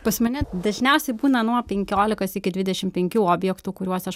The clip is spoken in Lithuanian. pas mane dažniausiai būna nuo penkiolikos iki dvidešim penkių objektų kuriuos aš